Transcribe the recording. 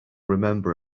remember